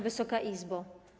Wysoka Izbo!